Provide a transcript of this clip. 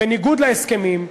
בניגוד להסכמים,